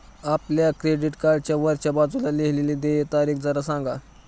आपल्या क्रेडिट कार्डच्या वरच्या बाजूला लिहिलेली देय तारीख जरा सांगा